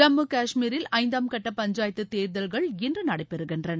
ஜம்மு காஷ்மீரில் ஐந்தாம் கட்ட பஞ்சாயத்து தேர்தல்கள் இன்று நடைபெறுகின்றன